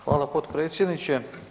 Hvala potpredsjednice.